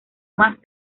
más